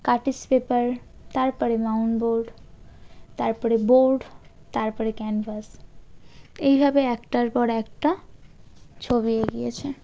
cartridge paper তারপরে mount board তারপরে board তারপরে ক্যানভাস এইভাবে একটার পর একটা ছবি এগিয়েছে